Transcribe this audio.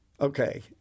Okay